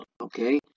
Okay